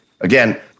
again